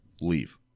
leave